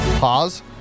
Pause